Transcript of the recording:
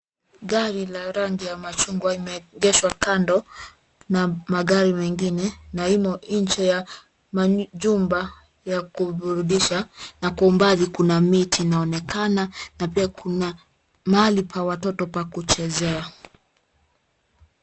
Gari la rangi ya machungwa imeegeshwa kando na magari mengine na imo inje ya majumba ya kuburudisha na kwa umbali kuna miti inaonekana na pia kuna mahali pa watoto pa kuchezea.